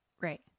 Right